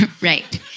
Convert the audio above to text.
Right